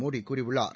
மோடி கூறியுள்ளார்